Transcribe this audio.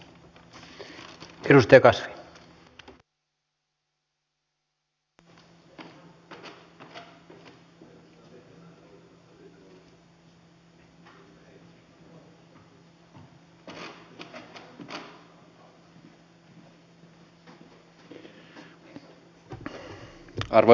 arvoisa puhemies